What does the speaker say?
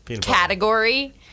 category